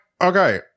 okay